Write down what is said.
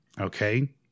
okay